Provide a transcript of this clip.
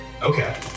Okay